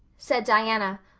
said diana,